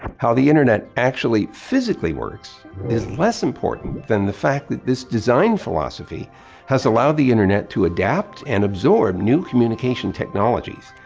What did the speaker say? how the internet actually physically works is less important than the fact that this design philosophy has allowed the internet to adapt and absorb new communication technologies.